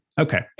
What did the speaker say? Okay